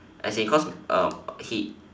as in cause uh he